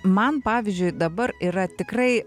man pavyzdžiui dabar yra tikrai